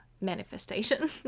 manifestation